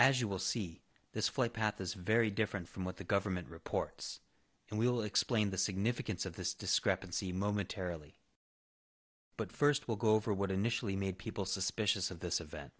as you will see this flight path is very different from what the government reports and we'll explain the significance of this discrepancy momentarily but first we'll go over what initially made people suspicious of this